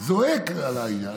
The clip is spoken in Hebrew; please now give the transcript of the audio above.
זועק על העניין.